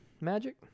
magic